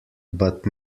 but